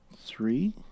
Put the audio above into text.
three